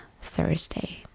Thursday